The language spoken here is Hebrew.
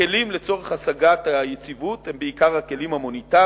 הכלים להשגת היציבות הם בעיקר הכלים המוניטריים